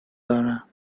دارم